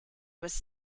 was